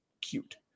cute